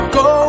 go